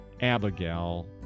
Abigail